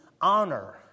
honor